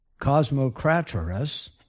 cosmocratorus